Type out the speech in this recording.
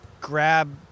grab